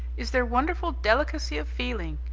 is their wonderful delicacy of feeling.